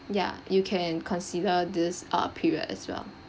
ya you can consider this uh period as well